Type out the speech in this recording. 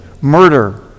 murder